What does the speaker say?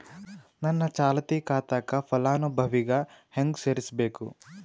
ನನ್ನ ಚಾಲತಿ ಖಾತಾಕ ಫಲಾನುಭವಿಗ ಹೆಂಗ್ ಸೇರಸಬೇಕು?